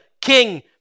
King